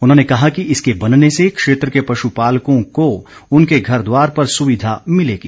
उन्होंने कहा कि इसके बनने से क्षेत्र के पशु पालकों को उनके घर द्वार पर सुविधा मिलेगी